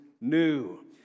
new